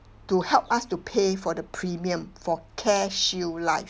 to help us to pay for the premium for Careshield Life